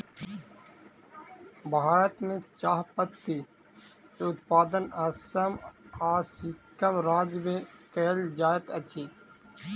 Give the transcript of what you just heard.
भारत में चाह पत्ती के उत्पादन असम आ सिक्किम राज्य में कयल जाइत अछि